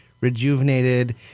rejuvenated